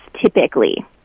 typically